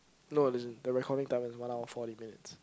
no as in the recording time is one hour forty minutes